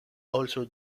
also